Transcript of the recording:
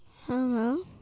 Hello